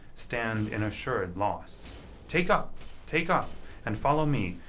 stand in assured loss take up, take up and follow me,